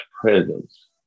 presence